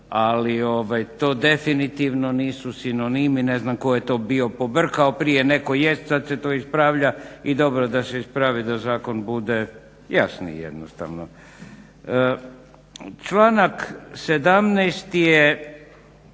Ali to definitivno nisu sinonimi. Ne znam tko je to bio pobrkao prije. Netko jest. Sad se to ispravlja i dobro da se ispravi da zakon bude jasniji jednostavno. Članak 17. je